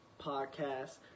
podcast